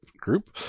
group